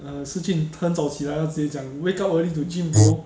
err shi jun 他很早起来他直接讲 wake up early to gym bro